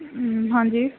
ہاں جی